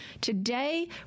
Today